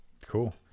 cool